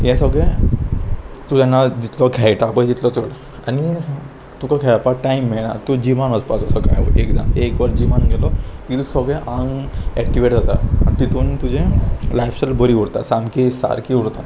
हें सगळें तूं जेन्ना जितलो खेळटा पय तितलो चड आनी तुका खेळपाक टायम मेळना तूं जिमान वचपाचो सकाळीं एक वर जिमान गेलो की तूं सगळें आंग एक्टिवेट जाता आनी तितून तुजें लायफस्टायल बरी उरता सामकी सारकी उरता